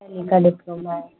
diploma है